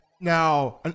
Now